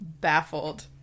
baffled